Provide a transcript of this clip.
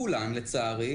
כולן לצערי,